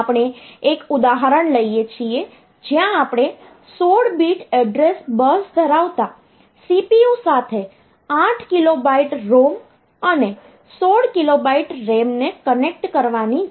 આપણે એક ઉદાહરણ લઈએ છીએ જ્યાં આપણે 16 બીટ એડ્રેસ બસ ધરાવતા CPU સાથે 8KB ROM અને 16KB RAM ને કનેક્ટ કરવાની જરૂર છે